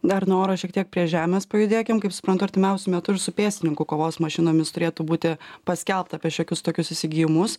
dar nuo oro šiek tiek prie žemės pajudėkim kaip suprantu artimiausiu metu ir su pėstininkų kovos mašinomis turėtų būti paskelbta apie šiokius tokius įsigijimus